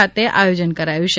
ખાતે આયોજન કરાયું છે